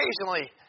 occasionally